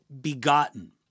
begotten